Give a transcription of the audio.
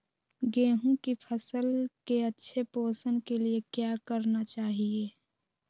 गेंहू की फसल के अच्छे पोषण के लिए क्या करना चाहिए?